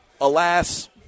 Alas